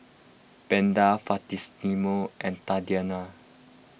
Beda Faustino and Tatianna